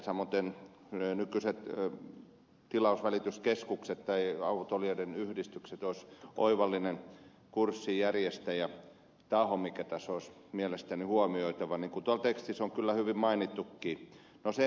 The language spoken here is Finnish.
samaten nykyiset tilausvälityskeskukset tai autoilijoiden yhdistykset olisivat oivallisia kurssijärjestäjätahoja mikä tässä olisi mielestäni huomioitava niin kuin tuolla tekstissä on kyllä hyvin mainittukin